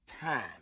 Time